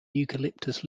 eucalyptus